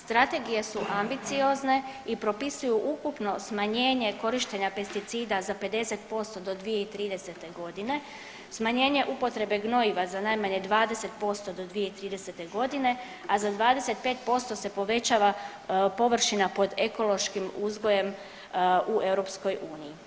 Strategije su ambiciozne i propisuju ukupno smanjenje korištenje pesticida za 50% do 2030.g. smanjenje upotrebe gnojiva za najmanje 20% do 2030.g., a za 25% se povećava površina pod ekološkim uzgojem u EU.